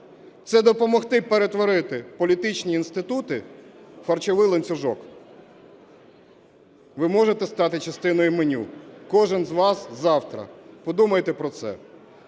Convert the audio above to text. це допомогти перетворити політичні інститути в харчовий ланцюжок. Ви можете стати частиною меню, кожен із вас завтра. Подумайте про це.